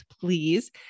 please